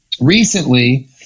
recently